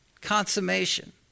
consummation